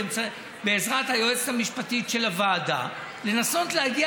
ובעזרת היועצת המשפטית של הוועדה לנסות להגיע